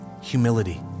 humility